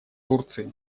турции